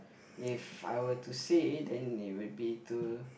if I were to say then it would be to